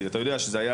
זה היה